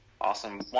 Awesome